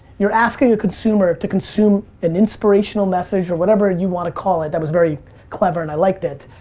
you're asking a consumer to consume an inspirational message or whatever you wanna call it, that was very clever and i liked it,